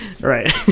Right